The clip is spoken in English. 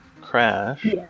crash